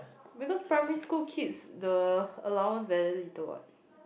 because primary school kids the allowance very little what